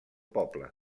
poble